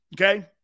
Okay